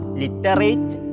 literate